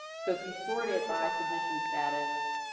so, if you sorted by submission status,